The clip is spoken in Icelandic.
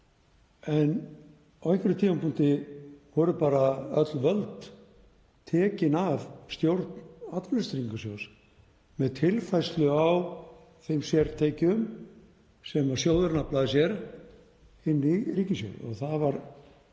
en á einhverjum tímapunkti voru bara öll völd tekin af stjórn Atvinnuleysistryggingasjóðs með tilfærslu á þeim sértekjum sem sjóðurinn aflaði sér inn í ríkissjóð.